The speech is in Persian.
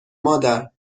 مادر